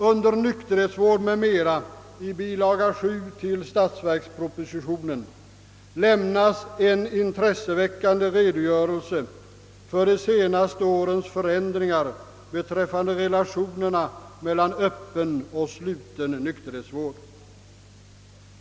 Under Nykterhetsvård m.m. i bilaga 7 till statsverkspropositionen lämnas en intresseväckande redogörelse för de senaste årens förändringar beträffande relationerna mellan öppen och sluten nykterhetsvård.